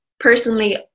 Personally